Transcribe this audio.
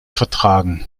vertragen